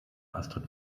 astrid